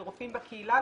לרופאים בקהילה,